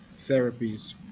therapies